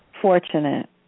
fortunate